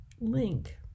link